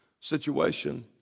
situation